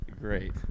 great